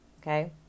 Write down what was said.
Okay